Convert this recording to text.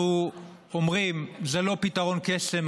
אנחנו אומרים שזה לא פתרון של כסף,